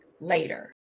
later